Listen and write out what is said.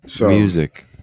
music